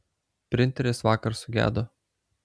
printeris vakar sugedo